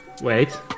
wait